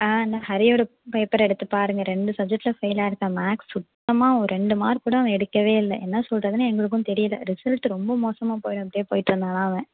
ஆ நான் ஹரியோட பேப்பர் எடுத்து பாருங்க ரெண்டு சப்ஜெக்ட்டில் ஃபெயிலாகியிருக்கான் மேக்ஸ் சுத்தமாக ஒரு ரெண்டு மார்க் கூட அவன் எடுக்கவே இல்லை என்ன சொல்வதுனு எங்களுக்கும் தெரியல ரிசல்ட்டு ரொம்ப மோசமாக போயிடும் இப்படியே போயிடிருந்தானா அவன்